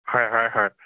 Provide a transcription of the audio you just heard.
হয় হয় হয়